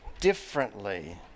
differently